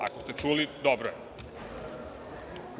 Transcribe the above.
Ako ste čuli, dobro je.